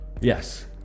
Yes